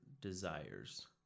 desires